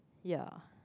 ya